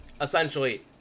Essentially